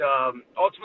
ultimately